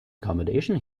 accommodation